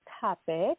topic